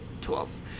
tools